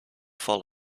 fall